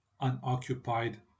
unoccupied